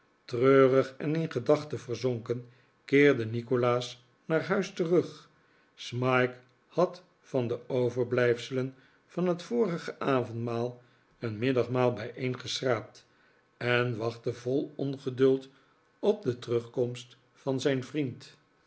treurig en in gedachten verzonken keerde nikolaas naar huis terug smike had van de overblijfselen van het yorige avondmaal een middagmaal bijeengeschraapt en wachtte vol ongeduld op de nikolaas wordt huisonderwijzer terugkomst van zijn vriend